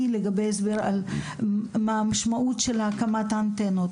לגבי הסבר על מה המשמעות של הקמת האנטנות,